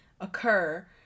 occur